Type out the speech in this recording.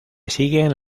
siguen